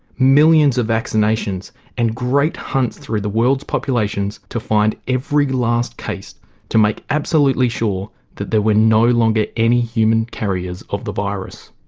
millions of vaccinations and great hunts through the world's population to find every last case to make absolutely sure that there were no longer any human carriers of the virus.